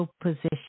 Position